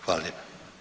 Hvala lijepa.